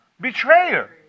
betrayer